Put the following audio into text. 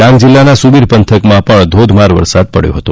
ડાંગ જિલ્લાના સુબિર પંથકમાં ધોધમાર વરસાદ પડ્યો છે